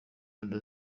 melodie